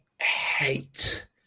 hate